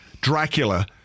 Dracula